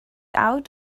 out